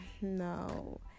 No